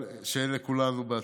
אבל שיהיה לכולנו בהצלחה.